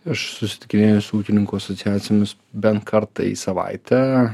aš susitikinėju su ūkininkų asociacijomis bent kartą į savaitę